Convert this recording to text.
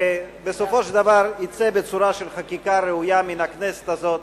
ובסופו של דבר יצא בצורה של חקיקה ראויה מן הכנסת הזאת.